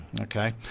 Okay